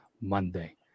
Monday